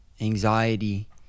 anxiety